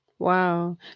Wow